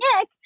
Nick